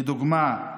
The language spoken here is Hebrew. לדוגמה,